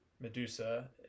Medusa